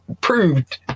proved